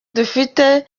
dufite